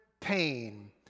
pain